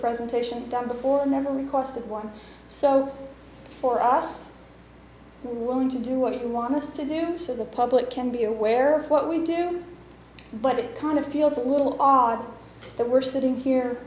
presentation done before never requested one so for us we're going to do what you want us to do so the public can be aware of what we do but it kind of feels a little odd that we're sitting here